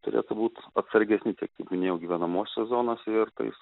turėtų būt atsargesni tiek kaip minėjau gyvenamosiose zonose ir tais